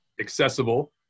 accessible